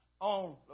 on